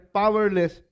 powerless